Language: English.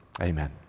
Amen